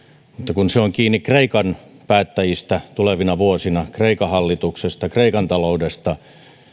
kun se on kiinni kreikan päättäjistä tulevina vuosina kreikan hallituksesta kreikan taloudesta